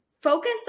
focus